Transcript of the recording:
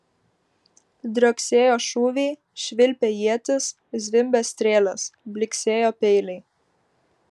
drioksėjo šūviai švilpė ietys zvimbė strėlės blyksėjo peiliai